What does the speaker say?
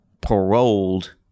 paroled